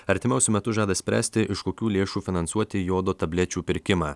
artimiausiu metu žada spręsti iš kokių lėšų finansuoti jodo tablečių pirkimą